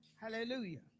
Hallelujah